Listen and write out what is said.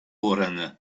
oranı